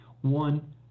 one